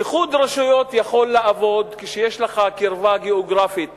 איחוד רשויות יכול לעבוד כשיש לך קרבה גיאוגרפית